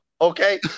Okay